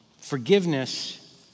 Forgiveness